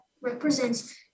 represents